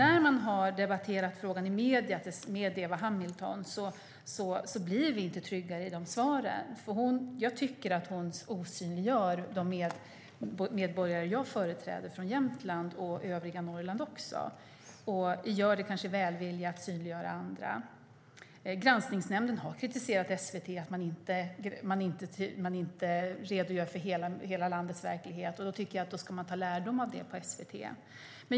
Frågan har debatterats med Eva Hamilton i medierna, men hennes svar är inte betryggande. Hon osynliggör medborgarna i Jämtland, som jag företräder, och i övriga Norrland, även om hon kanske gör det i välvilja att synliggöra andra. Granskningsnämnden har kritiserat SVT för att man inte redogör för hela landets verklighet, och då ska man ta lärdom av det på SVT.